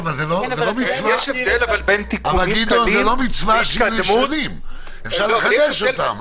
אבל אפשר לחדש.